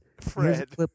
Fred